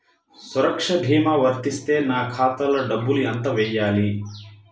సురక్ష భీమా వర్తిస్తే నా ఖాతాలో డబ్బులు ఎంత వేయాలి?